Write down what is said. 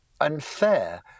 unfair